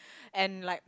and like